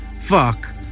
Fuck